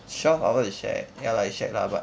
twelve hours is shag ya lah it's shag lah but